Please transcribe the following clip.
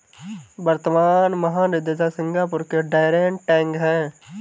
वर्तमान महानिदेशक सिंगापुर के डैरेन टैंग हैं